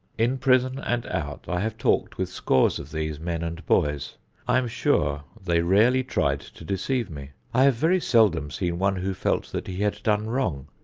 in prison and out, i have talked with scores of these men and boys. i am sure they rarely tried to deceive me. i have very seldom seen one who felt that he had done wrong,